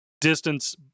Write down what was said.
distance